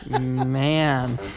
Man